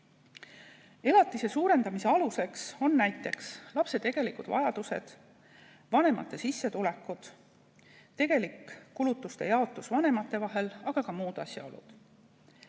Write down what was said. Elatise suurendamise aluseks on näiteks lapse tegelikud vajadused, vanemate sissetulekud, tegelik kulutuste jaotus vanemate vahel, aga ka muud asjaolud.